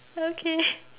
okay